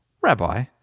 Rabbi